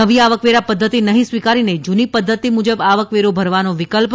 નવી આવકવેરા પદ્વિતિ નફી સ્વીકારીને જુની પદ્વિતિ મુજબ આવકવેરો ભરવાનો વિકલ્પ